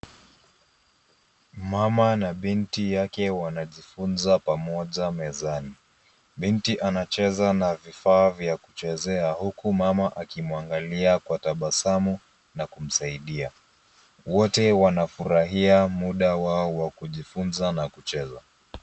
Mama na binti yake wanajifunza pamoja mezani. Binti anacheza na vifaa vya kuchezea huku mama akimwangalia kwa tabasamu na kumsaidia. Wote wanafurahia muda wao wa kujifunza na kucheza.